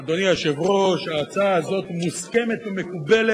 של יושב-ראש הכנסת ראובן